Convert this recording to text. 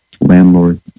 landlord